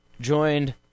joined